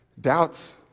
doubts